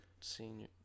senior